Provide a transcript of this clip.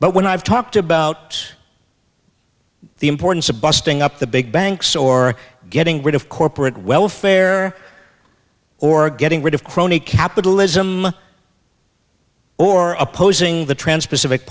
but when i've talked about the importance of busting up the big banks or getting rid of corporate welfare or getting rid of crony capitalism or opposing the trans pacific